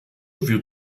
wir